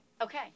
Okay